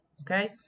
Okay